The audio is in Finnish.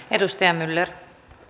arvoisa puhemies